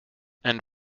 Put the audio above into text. and